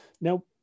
now